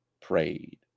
prayed